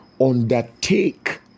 undertake